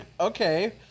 okay